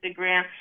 Instagram